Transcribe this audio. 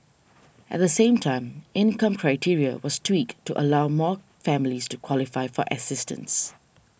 at the same time income criteria was tweaked to allow more families to qualify for assistance